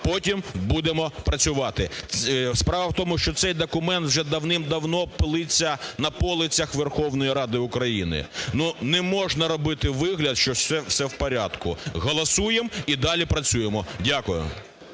потім будемо працювати. Справа в тому, що цей документ вже давним-давно пилиться на полицях Верховної Ради України. Ну, не можна робити вигляд, що все в порядку. Голосуємо і далі працюємо. Дякую.